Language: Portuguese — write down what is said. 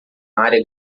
área